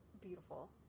beautiful